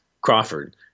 Crawford